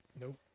Nope